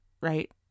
Right